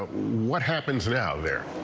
what happens now there.